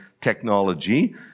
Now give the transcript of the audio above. technology